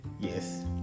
Yes